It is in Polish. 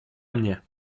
mnie